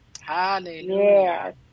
hallelujah